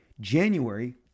January